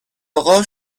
اقا